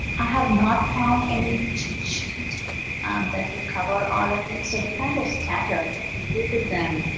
i have not found any cheat sheet that will cover all of these, so they're kind of scattered. if you google them,